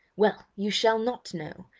well, you shall not know.